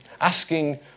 asking